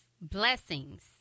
blessings